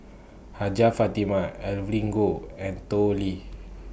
Hajjah Fatimah Evelyn Goh and Tao Li